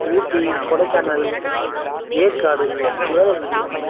Ooty Kodaikanal Yercaud Yelagiri